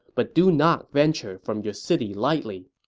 but do not venture from your city lightly.